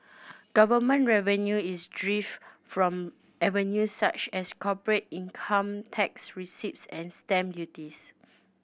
government revenue is derived from avenues such as corporate income tax receipts and stamp duties